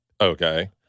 okay